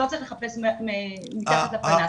לא צריך לחפש מתחת לפנס.